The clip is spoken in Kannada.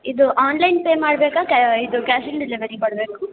ಇದು ಆನ್ಲೈನ್ ಪೆ ಮಾಡ್ಬೇಕಾ ಕ್ಯಾ ಇದು ಕ್ಯಾಶ್ ಇನ್ ಡೆಲಿವರಿ ಕೊಡಬೇಕು